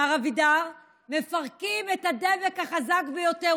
מר אבידר, מפרקים את הדבק החזק ביותר.